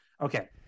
Okay